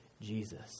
Jesus